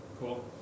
Cool